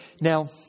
Now